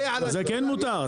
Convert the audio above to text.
זה כן מותר?